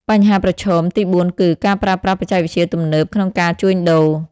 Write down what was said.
បញ្ហាប្រឈមទីបួនគឺ ការប្រើប្រាស់បច្ចេកវិទ្យាទំនើប ក្នុងការជួញដូរ។